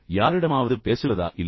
யாரிடமாவது பேசுவதா இல்லையா